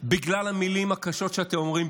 בגלל המילים הקשות שאתם אומרים,